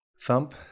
Thump